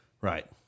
Right